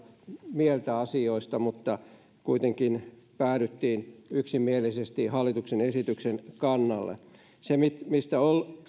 mieltä asioista mutta kuitenkin päädyttiin yksimielisesti hallituksen esityksen kannalle se mistä